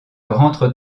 rentre